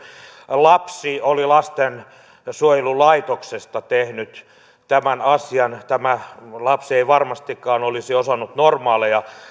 lapsi oli lastensuojelulaitoksesta tehnyt tämän asian tämä lapsi ei varmastikaan olisi osannut normaaleja